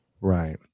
Right